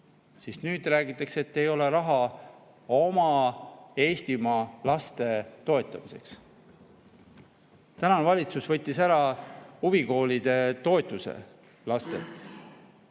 siis nüüd räägitakse, et ei ole raha oma Eestimaa laste toetamiseks. Tänane valitsus võttis lastelt ära huvikoolide toetuse.